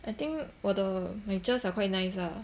I think 我的 my chers are quite nice lah